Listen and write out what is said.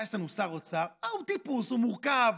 יש לנו שר אוצר שהוא טיפוס, הוא מורכב.